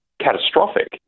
catastrophic